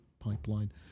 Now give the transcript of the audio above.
pipeline